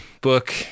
Book